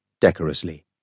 decorously